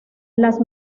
las